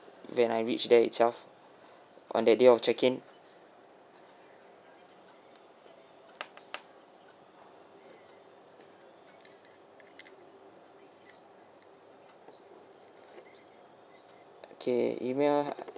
when I reach there itself on that day I'll check in okay email